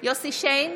יוסף שיין,